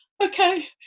Okay